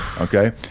okay